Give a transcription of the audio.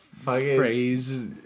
phrase